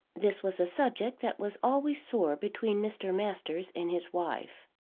this was a subject that was always sore between mr. masters and his wife.